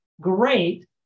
great